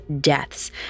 deaths